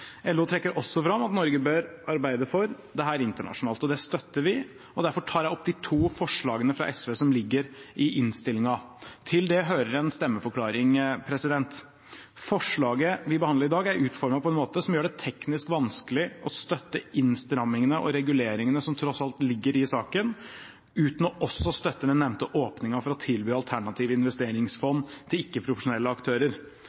LO trekker også fram at Norge bør arbeide for dette internasjonalt. Det støtter vi, og derfor tar jeg opp de to forslagene fra SV som ligger i innstillingen. Til det hører en stemmeforklaring: Forslaget vi behandler i dag, er utformet på en måte som gjør det teknisk vanskelig å støtte innstrammingene og reguleringene som tross alt ligger i saken, uten også å støtte den nevnte åpningen for å tilby alternative investeringsfond til ikke-profesjonelle aktører.